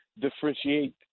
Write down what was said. differentiate